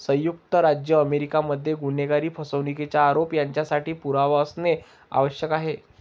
संयुक्त राज्य अमेरिका मध्ये गुन्हेगारी, फसवणुकीचा आरोप यांच्यासाठी पुरावा असणे आवश्यक आहे